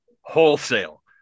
wholesale